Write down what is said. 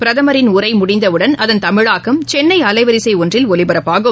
பிரதமரின் உரைமுடிந்தவுடன் அதன் தமிழாக்கம் சென்னைவானொலியில் ஒலிபரப்பாகும்